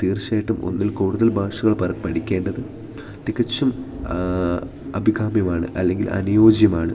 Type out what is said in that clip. തീർച്ചയായിട്ടും ഒന്നിൽ കൂടുതൽ ഭാഷകൾ പറ പഠിക്കേണ്ടത് തികച്ചും അഭികാമ്യമാണ് അല്ലെങ്കിൽ അനുയോജ്യമാണ്